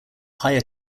higher